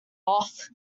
off